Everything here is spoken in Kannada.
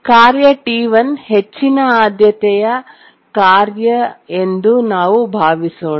ಕಾರ್ಯ T1 ಹೆಚ್ಚಿನ ಆದ್ಯತೆಯ ಕಾರ್ಯ ಎಂದು ನಾವು ಭಾವಿಸೋಣ